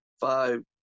five